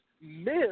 miss